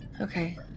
Okay